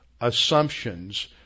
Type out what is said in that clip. assumptions